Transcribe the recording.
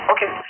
Okay